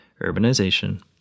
urbanization